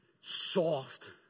Soft